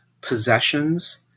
possessions